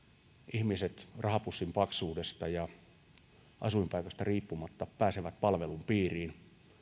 ihmiset rahapussin paksuudesta ja asuinpaikasta riippumatta pääsevät palvelun piiriin